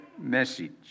message